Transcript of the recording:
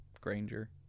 Granger